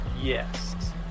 Yes